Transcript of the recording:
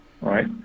Right